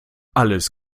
alles